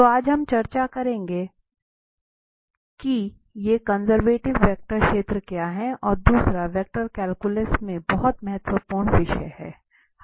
तो आज हम चर्चा करेंगे कि ये कंजर्वेटिव वेक्टर क्षेत्र क्या है और दूसरा वेक्टर कैलकुलस में बहुत महत्वपूर्ण विषय है